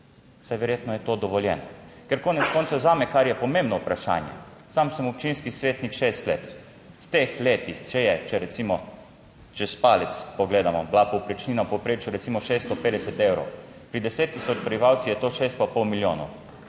saj verjetno je to dovoljeno. Ker konec koncev zame, kar je pomembno vprašanje, sam sem občinski svetnik šest let, v teh letih, če je, če recimo čez palec pogledamo, bila povprečnina v povprečju recimo 650 evrov, pri 10 tisoč prebivalcev je to 6 pa pol milijonov.